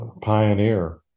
pioneer